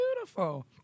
beautiful